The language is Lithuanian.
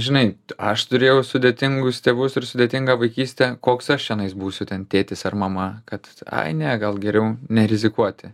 žinai aš turėjau sudėtingus tėvus ir sudėtingą vaikystę koks aš čionais būsiu ten tėtis ar mama kad ai ne gal geriau nerizikuoti